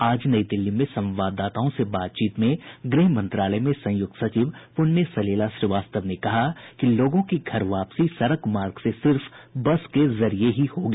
आज नई दिल्ली में संवाददाताओं से बातचीत में गृह मंत्रालय में संयुक्त सचिव पुण्य सलिला श्रीवास्तव ने कहा कि लोगों की घर वापसी सड़क मार्ग से सिर्फ बस के जरिये ही होगी